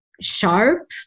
sharp